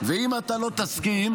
ואם אתה לא תסכים,